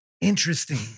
Interesting